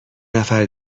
نفر